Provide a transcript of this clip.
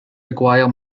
require